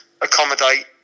accommodate